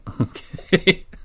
Okay